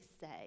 say